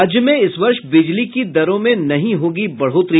राज्य में इस वर्ष बिजली की दरों में नहीं होगी बढ़ोतरी